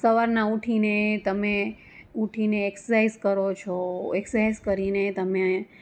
સવારના ઊઠીને તમે ઊઠીને એક્સસાઈઝ કરો છો એક્સસાઈઝ કરીને તમે